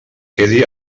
quedi